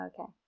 okay